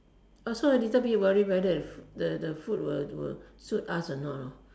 also a little bit worried whether if the the food will will suit us or not